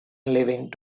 leaving